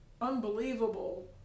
unbelievable